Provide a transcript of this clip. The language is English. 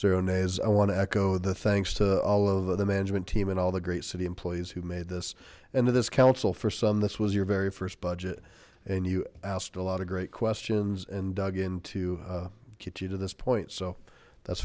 nays i want to echo the thanks to all of the management team and all the great city employees who made this and to this council for some this was your very first budget and you asked a lot of great questions and dug in to get you to this point so that's